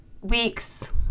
weeks